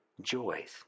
joys